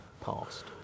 past